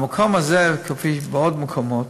במקום הזה, כמו בעוד מקומות,